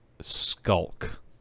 skulk